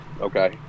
okay